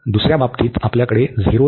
दुसर्या बाबतीत आपल्याकडे 0 ते ∞ आहे